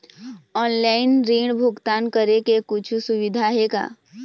Online ऋण भुगतान करे के कुछू सुविधा हे का?